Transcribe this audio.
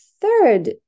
third